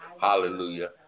hallelujah